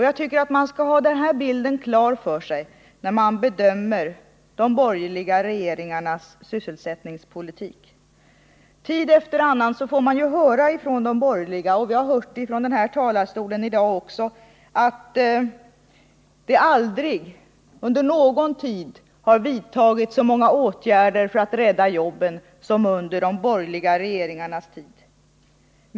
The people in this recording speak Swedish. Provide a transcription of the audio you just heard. Jag tycker att man skall ha den här bilden klar för sig när man bedömer de borgerliga regeringarnas sysselsättningspolitik. Tid efter annan får man ju höra från de borgerliga — vi har hört det från den här talarstolen i dag också —-att det aldrig under någon tid har vidtagits så många åtgärder för att rädda jobben som under de borgerliga regeringarnas tid.